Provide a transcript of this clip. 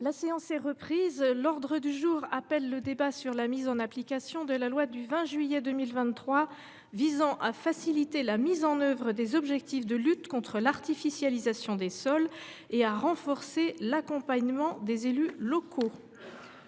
échanges. Nous en avons terminé avec le débat sur la mise en application de la loi du 20 juillet 2023 visant à faciliter la mise en œuvre des objectifs de lutte contre l’artificialisation des sols et à renforcer l’accompagnement des élus locaux.